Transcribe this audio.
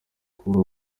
kuri